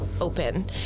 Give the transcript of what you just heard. open